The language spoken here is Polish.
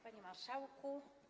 Panie Marszałku!